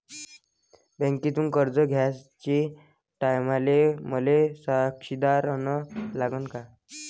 बँकेतून कर्ज घ्याचे टायमाले मले साक्षीदार अन लागन का?